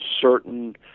certain